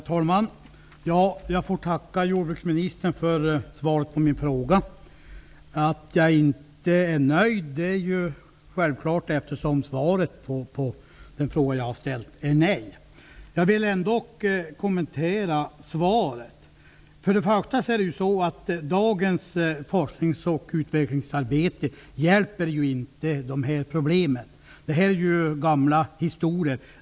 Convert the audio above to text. Herr talman! Jag får tacka jordbruksministern för svaret på min fråga. Att jag inte är nöjd är ju självklart, eftersom svaret är nej. Jag vill ändå kommentera svaret. Först och främst hjälper dagens forsknings och utvecklingsarbete inte dessa problem. Det är ju gamla historier.